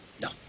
No